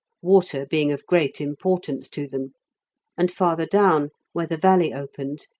water being of great importance to them and farther down, where the valley opened,